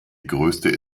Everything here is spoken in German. größte